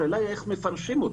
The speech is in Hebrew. רק השאלה איך מפרשים אותו,